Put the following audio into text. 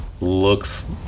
looks